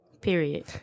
Period